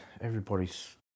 everybody's